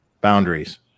boundaries